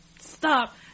stop